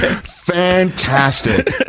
fantastic